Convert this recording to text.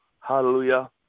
hallelujah